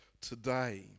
today